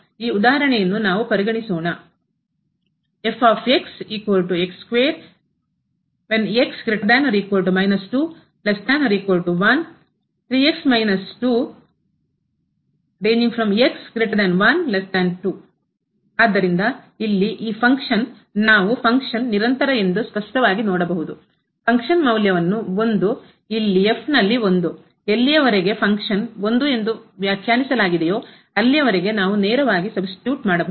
ಈ ಉದಾಹರಣೆಯನ್ನು ನಾವು ಪರಿಗಣಿಸೋಣ ಆದ್ದರಿಂದ ಇಲ್ಲಿ ಈ ಫಂಕ್ಷನ್ ಕಾರ್ಯ ನಾವು ಫಂಕ್ಷನ್ ಕಾರ್ಯ ನಿರಂತರ ಎಂದು ಸ್ಪಷ್ಟವಾಗಿ ನೋಡಬಹುದು ಫಂಕ್ಷನ್ ಮೌಲ್ಯವನ್ನು ಇಲ್ಲಿ ನಲ್ಲಿ ಎಲ್ಲಿಯವರೆಗೆ ಫಂಕ್ಷನ್ ಕಾರ್ಯ ನಾವು ನೇರವಾಗಿ ಸಬ್ಸ್ಟಿಟ್ಯೂಟ್ ಮಾಡಬಹುದು